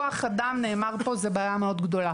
כוח אדם נאמר פה זו בעיה מאוד גדול,